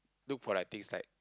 look for like things like